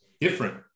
different